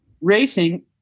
racing